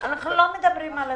אנחנו לא מדברים על התקופות.